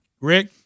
Rick